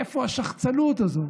מאיפה השחצנות הזאת